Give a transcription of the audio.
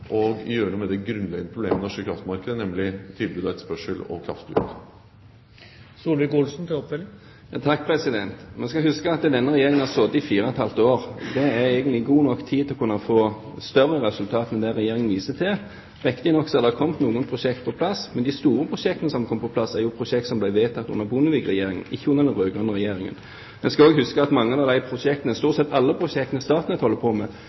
og gjøre noe med det grunnleggende problemet i det norske kraftmarkedet, nemlig tilbud og etterspørsel og kraftflyt. En skal huske at denne regjeringen har sittet i fire og et halvt år. Det er egentlig god nok tid til å kunne få større resultater enn det Regjeringen viser til. Riktignok har det kommet noen prosjekter på plass, men de store prosjektene som er kommet på plass, er jo prosjekter som ble vedtatt under Bondevik-regjeringen, ikke under den rød-grønne regjeringen. En skal også huske at mange av de prosjektene – stort sett alle prosjektene Statnett holder på med